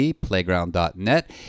playground.net